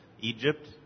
Egypt